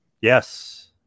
Yes